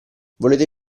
volete